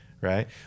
Right